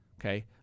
okay